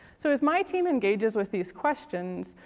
so as my team engages with these questions,